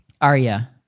aria